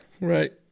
Right